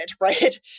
right